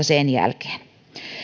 sen jälkeen